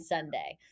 Sunday